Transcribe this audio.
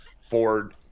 Ford